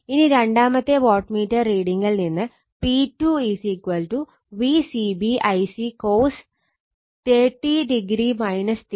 ഇനി രണ്ടാമത്തെ watt meter റീഡിങിൽ നിന്ന് P2 Vcb Ic cos